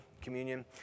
communion